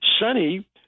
Sonny